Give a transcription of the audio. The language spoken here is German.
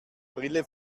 brille